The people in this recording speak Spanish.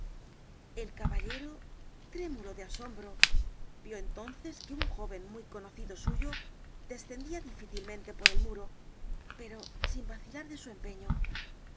el caballero trémulo de asombro vio entonces que un joven muy conocido suyo descendía difícilmente por el muro pero sin vacilar de su empeño